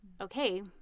okay